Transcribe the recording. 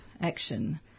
action